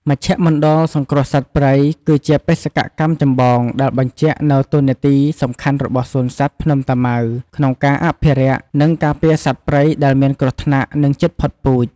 មជ្ឈមណ្ឌលសង្គ្រោះសត្វព្រៃ គឺជាបេសកកម្មចម្បងដែលបញ្ចាក់នូវតួនាទីសំខាន់របស់សួនសត្វភ្នំតាម៉ៅក្នុងការអភិរក្ស និងការពារសត្វព្រៃដែលមានគ្រោះថ្នាក់ និងជិតផុតពូជ។